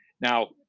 Now